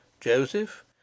Joseph